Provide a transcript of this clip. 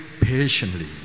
patiently